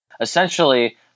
essentially